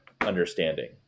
understanding